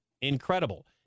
incredible